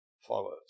follows